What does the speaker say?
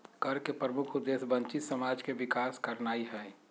कर के प्रमुख उद्देश्य वंचित समाज के विकास करनाइ हइ